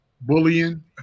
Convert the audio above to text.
Bullying